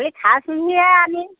এই খাইছোঁহি আমি